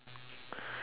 ya